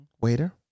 Waiter